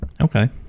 Okay